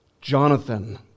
Jonathan